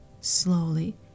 slowly